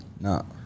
No